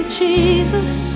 Jesus